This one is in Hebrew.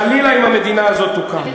חלילה אם המדינה הזאת תוקם.